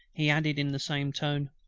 he added in the same tone,